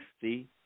See